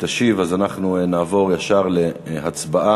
תשיב אז אנחנו נעבור ישר להצבעה.